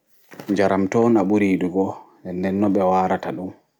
Nyaram toi on a ɓuri yiɗugo nɗe nɗe noi ɓe warata ɗum